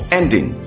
ending